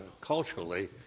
culturally